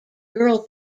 girl